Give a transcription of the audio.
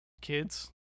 kids